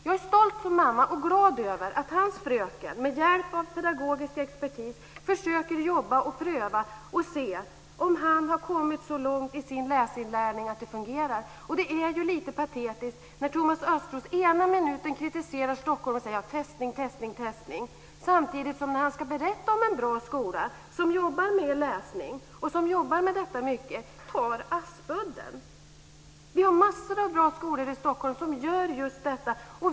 Jag är stolt som mamma och glad över att hans fröken med hjälp av pedagogisk expertis undersöker om han har kommit så långt i sin läsinlärning att det fungerar. Det är lite patetiskt att Thomas Östros ena minuten kritiserar Stockholm och säger att det rör sig om testning, samtidigt som han andra minuten när han ska berätta om en bra skola som jobbar med läsning tar Aspuddens skola som exempel. Vi har massor med bra skolor i Stockholm som gör just detta.